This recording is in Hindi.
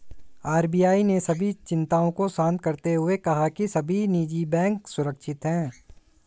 आर.बी.आई ने सभी चिंताओं को शांत करते हुए कहा है कि सभी निजी बैंक सुरक्षित हैं